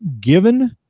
given